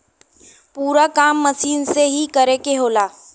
पूरा काम मसीन से ही करे के होला